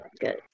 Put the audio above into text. Good